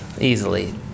easily